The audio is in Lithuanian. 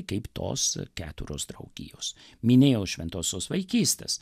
kaip tos keturios draugijos minėjau šventosios vaikystės